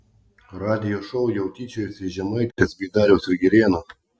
radijo šou jau tyčiojasi iš žemaitės bei dariaus ir girėno